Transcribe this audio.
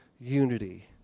unity